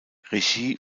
regie